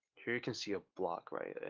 here you can see a block, right?